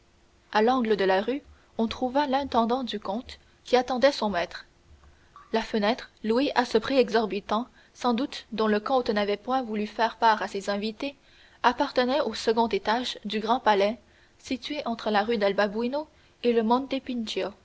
à l'angle de la rue on trouva l'intendant du comte qui attendait son maître la fenêtre louée à ce prix exorbitant sans doute dont le comte n'avait point voulu faire part à ses invités appartenait au second étage du grand palais situé entre la rue del babuino et le